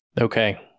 Okay